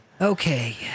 Okay